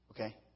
Okay